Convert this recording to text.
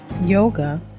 yoga